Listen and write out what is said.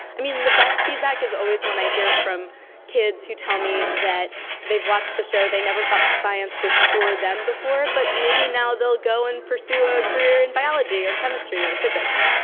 i mean, the best feedback is always when i hear from kids who tell me that they've watched the show, they never thought science was for them before, but maybe now they will go and pursue a career in biology or chemistry or physics.